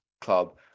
club